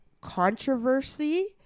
controversy